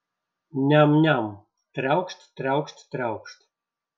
niam niam triaukšt triaukšt triaukšt